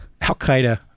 al-Qaeda